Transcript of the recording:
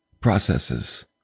processes